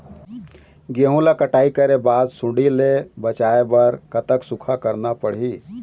गेहूं ला कटाई करे बाद सुण्डी ले बचाए बर कतक सूखा रखना पड़ही?